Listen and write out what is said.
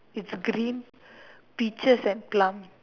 it's green peaches and plum